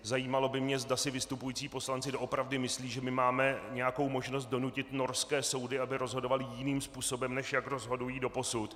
Zajímalo by mě, zda si vystupující poslanci opravdu myslí, že my máme nějakou možnost donutit norské soudy, aby rozhodovaly jiným způsobem, než jak rozhodují doposud.